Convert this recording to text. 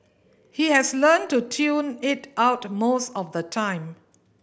he has learnt to tune it out most of the time